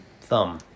thumb